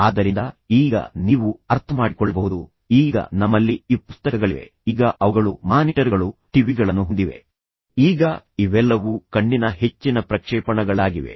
ಆದ್ದರಿಂದ ಈಗ ನೀವು ಅರ್ಥಮಾಡಿಕೊಳ್ಳಬಹುದು ಈಗ ನಮ್ಮಲ್ಲಿ ಇ ಪುಸ್ತಕಗಳಿವೆ ಈಗ ಅವುಗಳು ಮಾನಿಟರ್ಗಳು ಟಿವಿಗಳನ್ನು ಹೊಂದಿವೆ ಈಗ ಇವೆಲ್ಲವೂ ಕಣ್ಣಿನ ಹೆಚ್ಚಿನ ಪ್ರಕ್ಷೇಪಣಗಳಾಗಿವೆ